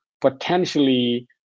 potentially